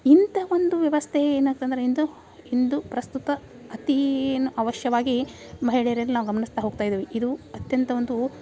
ಇಂಥ ಒಂದು ವ್ಯವಸ್ಥೆ ಏನಾಗತ್ ಅಂದರೆ ಇಂದು ಇಂದು ಪ್ರಸ್ತುತ ಅತೀ ಅವಶ್ಯವಾಗಿ ಮಹಿಳೆಯರಲ್ ನಾವು ಗಮನಿಸ್ತಾ ಹೋಗ್ತಾ ಇದೀವಿ ಇದು ಅತ್ಯಂತ ಒಂದೂ